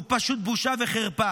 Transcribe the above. הוא פשוט בושה וחרפה.